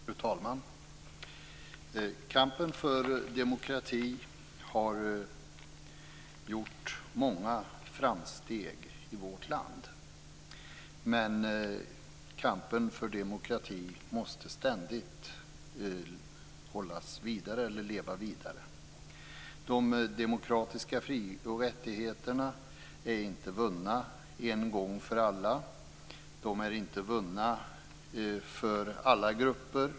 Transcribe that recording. Fru talman! Kampen för demokrati har gjort många framsteg i vårt land. Men kampen för demokrati måste ständigt leva vidare. De demokratiska frioch rättigheterna är inte vunna en gång för alla. De är inte vunna för alla grupper.